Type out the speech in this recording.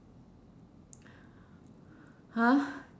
!huh!